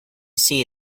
see